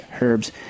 herbs